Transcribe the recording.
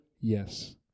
Yes